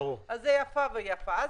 זה איפה ואיפה.